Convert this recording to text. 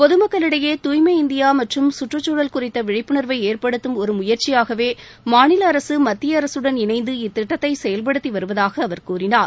பொது மக்களிடையே தூய்மை இந்தியா மற்றும் கற்றுக்குழல் குறித்த விழிப்புணர்வை ஏற்படுத்தும் ஒரு முயற்சியாகவே மாநில அரசு மத்திய அரசுடன் இணைந்து இத்திட்டத்தை செயல்படுத்தி வருவதாக அவர் கூறினார்